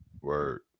Word